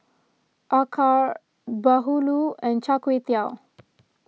Acar Bahulu and Char Kway Teow